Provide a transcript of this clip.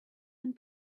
and